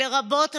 לרבות השב"כ,